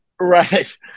Right